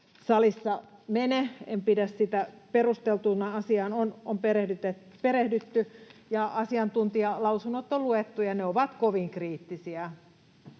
salissa mene, en pidä sitä perusteltuna. Asiaan on perehdytty ja asiantuntijalausunnot on luettu, ja ne ovat kovin kriittisiä.